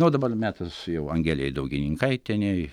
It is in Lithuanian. na o dabar metas jau angelei daugininkaitienei